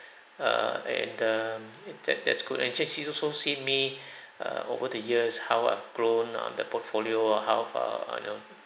err and um that that's good and actually she's also seen me err over the years how I've grown on the portfolio or how far